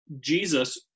Jesus